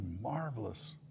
marvelous